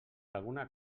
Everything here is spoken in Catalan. alguna